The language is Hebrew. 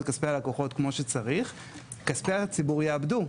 כספי הלקוחות כמו שצריך כספי הציבור ייאבדו,